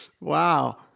Wow